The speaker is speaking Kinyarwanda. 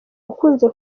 ukunze